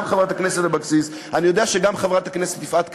גם חברת הכנסת אבקסיס,